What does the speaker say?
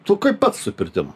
tu kaip pats su pirtim